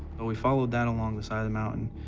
and we followed that along the side of the mountain,